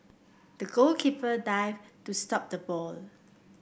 the goalkeeper dived to stop the ball